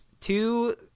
two